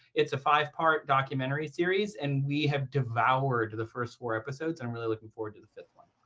it's a five-part documentary series. and we have devoured the first four episodes. and i'm really looking forward to the fifth one.